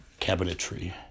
cabinetry